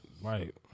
Right